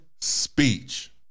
speech